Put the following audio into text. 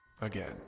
Again